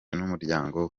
n’umuryango